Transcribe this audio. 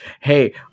Hey